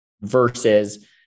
versus